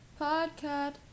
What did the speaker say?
podcast